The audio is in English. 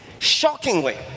shockingly